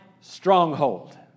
stronghold